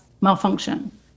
malfunction